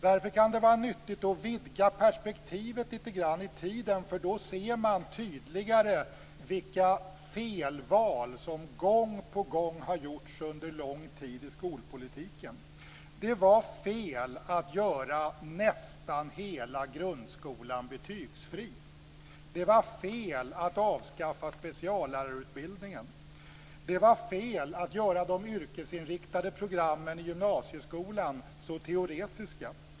Därför kan det vara nyttigt att vidga perspektivet lite grann i tiden, för då ser man tydligare vilka felval som gång på gång har gjorts under lång tid i skolpolitiken. Det var fel att göra nästan hela grundskolan betygsfri. Det var fel att avskaffa speciallärarutbildningen. Det var fel att göra de yrkesinriktade programmen i gymnasieskolan så teoretiska.